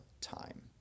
time